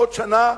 בעוד שנה,